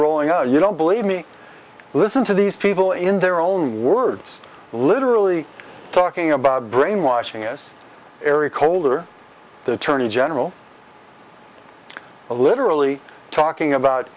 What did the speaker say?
rolling up you don't believe me listen to these people in their own words literally talking about brainwashing us eric holder the attorney general of literally talking about